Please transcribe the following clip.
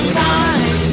time